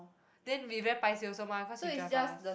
then we very paiseh also mah cause he drive us